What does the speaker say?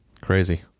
Crazy